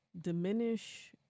diminish